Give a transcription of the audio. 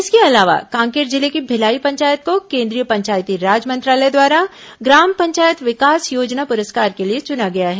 इसके अलावा कांकेर जिले की भिलाई पंचायत को केंद्रीय पंचायती राज मंत्रालय द्वारा ग्राम पंचायत विकास योजना पुरस्कार के लिए चुना गया है